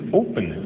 open